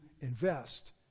invest